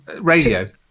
radio